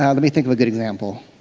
ah let me think of a good example.